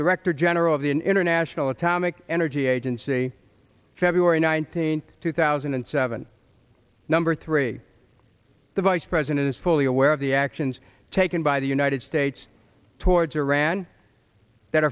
director general of the international atomic energy agency february nineteenth two thousand and seven number three the vice president is fully aware of the actions taken by the united states towards iran that